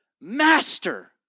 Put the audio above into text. Master